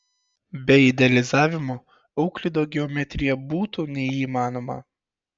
be idealizavimo euklido geometrija būtų neįmanoma